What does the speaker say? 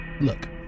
look